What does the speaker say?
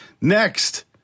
Next